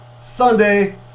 Sunday